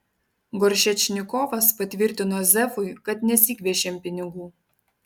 goršečnikovas patvirtino zefui kad nesigviešėm pinigų